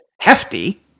hefty